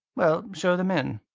well, show them in.